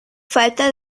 falta